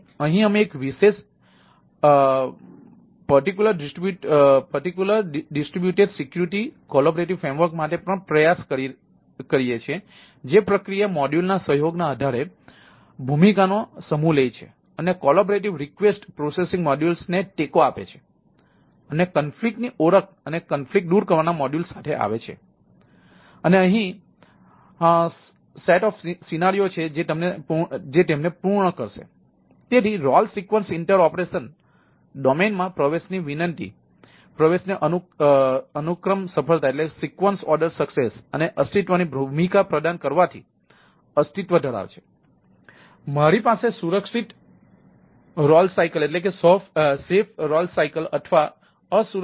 તેથી અહીં અમે એક વિશેષ વિતરિત સુરક્ષા સહયોગી ફ્રેમવર્ક છે